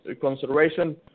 consideration